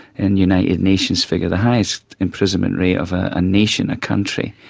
and united nations figure the highest imprisonment rate of ah a nation, a country,